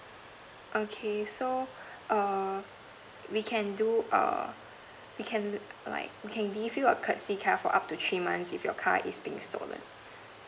okay so err we can do err we can like we can give you courtesy up to three months if you car is being stolen